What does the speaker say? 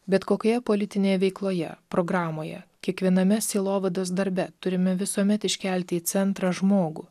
bet kokioje politinėje veikloje programoje kiekviename sielovados darbe turime visuomet iškelti į centrą žmogų